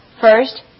First